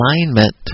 alignment